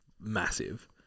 massive